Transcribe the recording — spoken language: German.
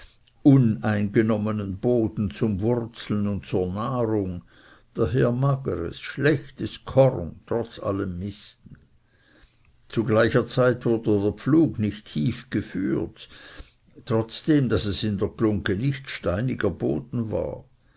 uneingenommenen boden zum wurzeln und zur nahrung daher mageres schlechtes korn trotz allem misten zu gleicher zeit wurde der pflug nicht tief geführt trotzdem daß es in der glunggen nicht steinichter boden war